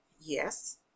Yes